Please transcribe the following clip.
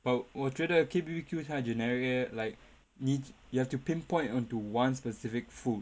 but 我觉得 K_B_B_Q 太 generic eh like 你 you have to pinpoint onto one specific food